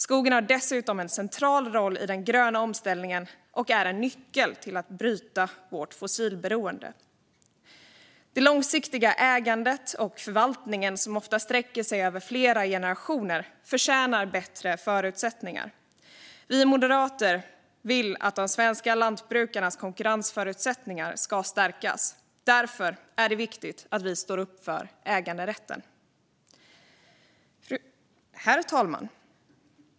Skogen har dessutom en central roll i den gröna omställningen och är en nyckel för att bryta vårt fossilberoende. Det långsiktiga ägandet och förvaltningen, som ofta sträcker sig över flera generationer, förtjänar bättre förutsättningar. Vi moderater vill att de svenska lantbrukarnas konkurrensförutsättningar ska stärkas. Därför är det viktigt att vi står upp för äganderätten. Herr talman!